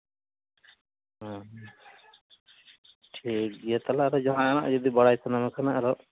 ᱦᱮᱸ ᱴᱷᱤᱠᱜᱮᱭᱟ ᱛᱟᱦᱞᱮ ᱟᱨᱚ ᱡᱟᱦᱟᱸ ᱦᱟᱸᱜ ᱟᱨᱚ ᱵᱟᱲᱟᱭ ᱥᱟᱱᱟ ᱢᱮᱠᱷᱟᱱ ᱟᱨᱦᱚᱸ